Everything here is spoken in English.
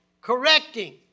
correcting